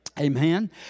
Amen